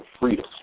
freedom